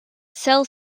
sell